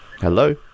Hello